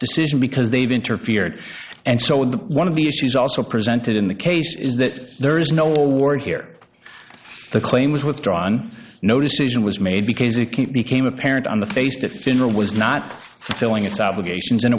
decision because they've interfered and so one of the issues also presented in the case is that there is no order here the claim was withdrawn no decision was made because it became apparent on the face that finra was not filling its obligations and